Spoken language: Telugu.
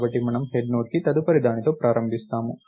కాబట్టి మనము హెడ్ నోడ్ కి తదుపరి దానితో ప్రారంభిస్తాము